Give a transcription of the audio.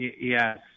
Yes